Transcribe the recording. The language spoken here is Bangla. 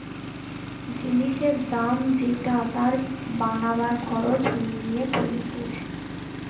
জিনিসের দাম যেটা তার বানাবার খরচ মিলিয়ে বলতিছে